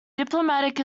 diplomatic